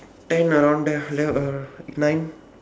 ten around there like that ah nine